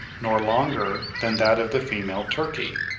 nor longer than that of the female turkey.